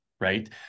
Right